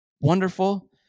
wonderful